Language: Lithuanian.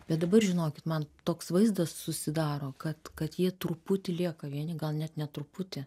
bet dabar žinokit man toks vaizdas susidaro kad kad jie truputį lieka vieni gal net ne truputį